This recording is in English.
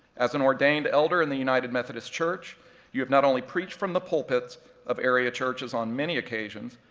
as an ordained elder in the united methodist church you have not only preached from the pulpits of area churches on many occasions,